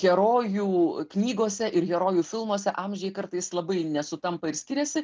herojų knygose ir herojų filmuose amžiai kartais labai nesutampa ir skiriasi